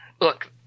look